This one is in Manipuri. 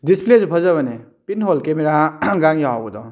ꯗꯤꯁꯄ꯭ꯂꯦꯁꯨ ꯐꯖꯕꯅꯦ ꯄꯤꯟ ꯍꯣꯜ ꯀꯦꯃꯦꯔꯥ ꯒꯥꯡ ꯌꯥꯎꯕꯗꯣ